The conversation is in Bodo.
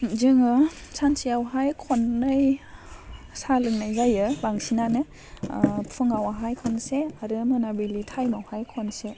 जोङो सानसेयाव हाय खन्नै साहा लोंनाय जायो बांसिनानो फुङावहाय खनसे आरो मोनाबिलि टाइमाव हाय खनसे